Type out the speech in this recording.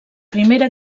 primera